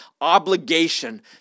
obligation